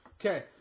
Okay